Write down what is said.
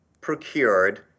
procured